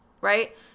right